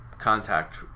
contact